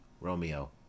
Romeo